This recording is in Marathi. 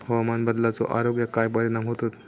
हवामान बदलाचो आरोग्याक काय परिणाम होतत?